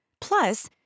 Plus